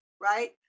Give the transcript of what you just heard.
right